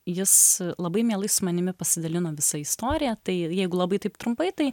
jis labai mielai su manimi pasidalino visa istorija tai jeigu labai taip trumpai tai